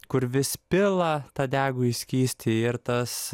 kur vis pila ta degųjį skystį ir tas